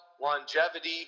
longevity